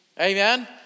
Amen